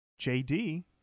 JD